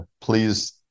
please